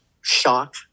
shock